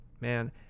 man